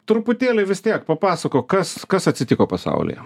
truputėlį vis tiek papasakok kas kas atsitiko pasaulyje